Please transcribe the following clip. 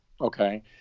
Okay